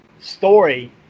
story